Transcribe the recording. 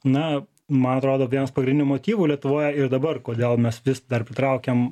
na man atrodo vienas pagrindinių motyvų lietuvoje ir dabar kodėl mes vis dar pritraukiam